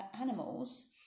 animals